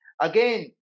again